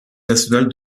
nationale